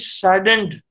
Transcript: saddened